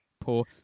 Poor